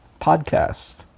podcast